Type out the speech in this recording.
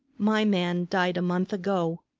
my man died a month ago.